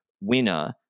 winner